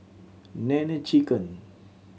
Nene Chicken